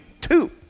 two